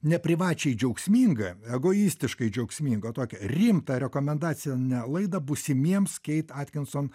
ne privačiai džiaugsmingą egoistiškai džiaugsmingą tokią rimtą rekomendacinę laidą būsimiems keit atkinson